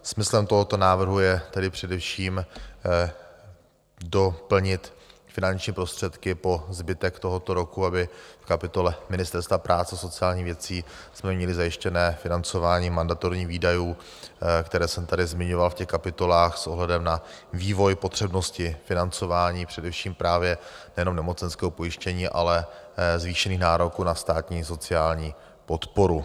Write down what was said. Smyslem tohoto návrhu je tedy především doplnit finanční prostředky po zbytek tohoto roku, abychom v kapitole Ministerstva práce a sociálních věcí měli zajištěné financování mandatorních výdajů, které jsem tady zmiňoval v těch kapitolách, s ohledem na vývoj potřebnosti financování, především právě nejenom nemocenského pojištění, ale zvýšených nároků na státní sociální podporu.